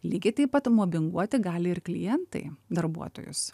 lygiai taip pat mobinguoti gali ir klientai darbuotojus